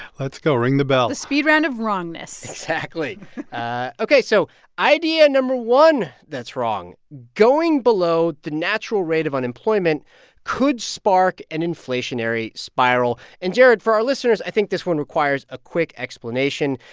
let's go. ring the bell speed round of wrongness exactly ok. so idea no. one that's wrong going below the natural rate of unemployment could spark an inflationary spiral. and, jared, for our listeners, i think this one requires a quick explanation.